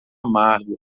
amargo